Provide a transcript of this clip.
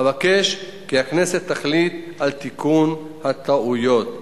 אבקש כי הכנסת תחליט על תיקון הטעויות.